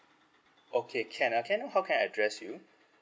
okay can ah can I know how can I address you